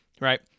right